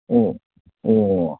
ꯎꯝ ꯑꯣ